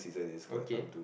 okay